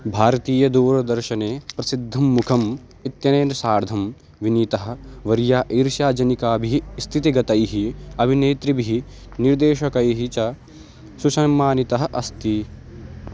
भारतीयदूरदर्शने प्रसिद्धं मुखम् इत्यनेन सार्धं विनीतः वर्यः ईर्ष्याजनकाभिः स्थितिगतिभिः अभिनेत्रीभिः निर्देशकैः च सुसम्मानितः अस्ति